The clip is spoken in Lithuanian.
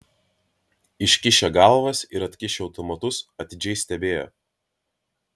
iškišę galvas ir atkišę automatus atidžiai stebėjo